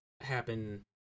happen